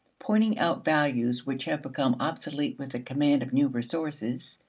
pointing out values which have become obsolete with the command of new resources,